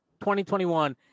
2021